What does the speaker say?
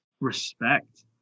respect